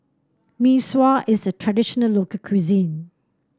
Mee Sua is a traditional local cuisine